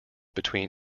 between